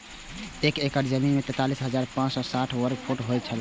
एक एकड़ जमीन तैंतालीस हजार पांच सौ साठ वर्ग फुट होय छला